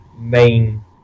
main